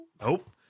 Nope